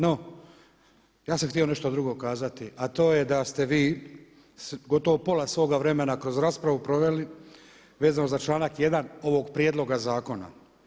No, ja sam htio nešto drugo kazati, a to je da ste vi gotovo pola svoga vremena kroz raspravu proveli vezano za članak 1. ovog prijedloga zakona.